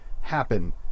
happen